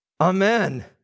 Amen